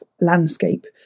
landscape